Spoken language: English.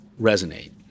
resonate